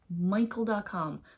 michael.com